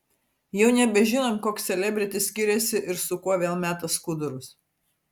jau nebežinom koks selebritis skiriasi ir su kuo vėl meta skudurus